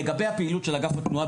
לגבי הפעילות של אגף התנועה,